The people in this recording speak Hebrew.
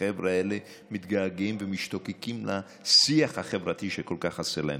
החבר'ה האלה מתגעגעים ומשתוקקים לשיח החברתי שכל כך חסר להם.